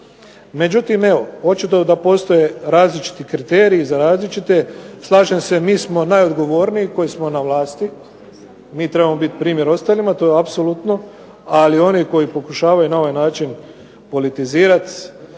Međutim, evo očito da postoje različiti kriteriji za različite. Slažem se mi smo najodgovorniji koji smo na vlasti, mi trebamo biti primjer ostalima, to je apsolutno. Ali oni koji pokušavaju na ovaj način politizirati